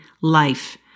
life